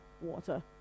water